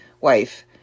wife